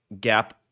gap